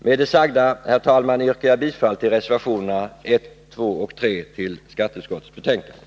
Med det sagda, herr talman, yrkar jag bifall till reservationerna 1, 2 och 3 i skatteutskottets betänkande.